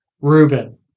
Ruben